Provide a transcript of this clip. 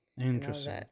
Interesting